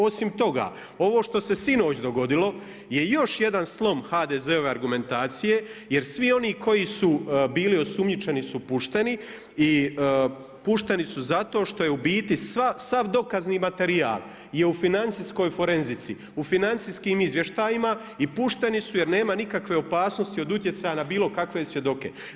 Osim toga, ovo što se sinoć dogodilo je još jedan slom HDZ-ove argumentacije jer svi oni koji su bili osumnjičeni su pušteni i pušteni su zato što je u biti sav dokazni materijal je u financijskoj forenzici, u financijskim izvještajima i pušteni su jer nema nikakve opasnosti od utjecaja na bilokakve svjedoke.